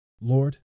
Lord